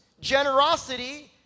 generosity